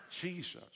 Jesus